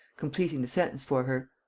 completing the sentence for her.